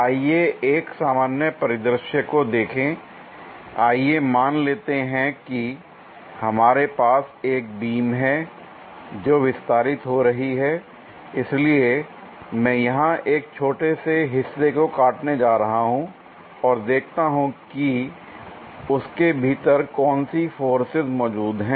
आइए मान लेते हैं कि हमारे पास एक बीम है जो विस्तारित हो रही है l इसलिए मैं यहां एक छोटे से हिस्से को काटने जा रहा हूं और देखता हूं कि उसके भीतर कौन सी फोर्सेज मौजूद हैं